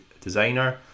designer